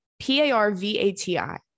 P-A-R-V-A-T-I